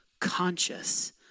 conscious